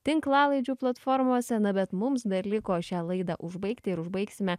tinklalaidžių platformose na bet mums dar liko šią laidą užbaigti ir užbaigsime